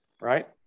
right